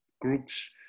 groups